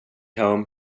home